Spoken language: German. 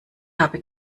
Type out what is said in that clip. habe